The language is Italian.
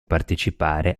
partecipare